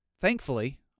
thankfully